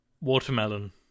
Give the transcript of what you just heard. Watermelon